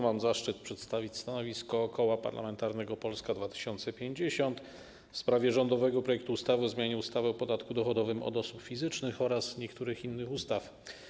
Mam zaszczyt przedstawić stanowisko Koła Parlamentarnego Polska 2050 w sprawie rządowego projektu ustawy o zmianie ustawy o podatku dochodowym od osób fizycznych oraz niektórych innych ustaw.